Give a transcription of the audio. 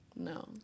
No